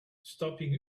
stopping